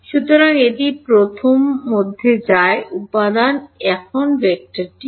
সুতরাং এটি প্রথম মধ্যে যায় উপাদান এখন ভেক্টর ই কি